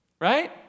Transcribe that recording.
Right